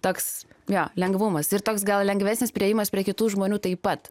toks jo lengvumas ir toks gal lengvesnis priėjimas prie kitų žmonių taip pat